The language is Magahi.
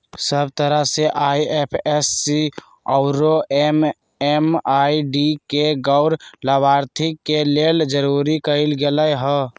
सब तरह से आई.एफ.एस.सी आउरो एम.एम.आई.डी के गैर लाभार्थी के लेल जरूरी कएल गेलई ह